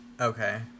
Okay